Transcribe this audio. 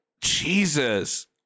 Jesus